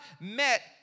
met